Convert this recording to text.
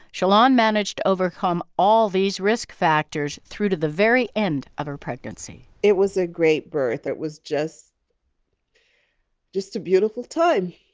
shalon managed to overcome all these risk factors through to the very end of her pregnancy it was a great birth. it was just just a beautiful time.